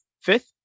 fifth